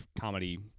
comedy